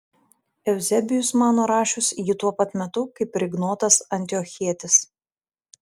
euzebijus mano rašius jį tuo pat metu kaip ir ignotas antiochietis